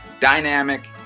dynamic